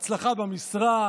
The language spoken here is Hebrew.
בהצלחה במשרה.